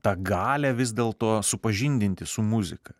tą galią vis dėl to supažindinti su muzika